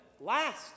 last